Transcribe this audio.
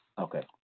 Okay